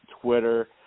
Twitter